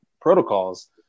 protocols